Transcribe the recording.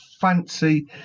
fancy